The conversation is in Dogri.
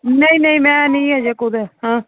नेईं नेईं मैं नी अजें कुतै हां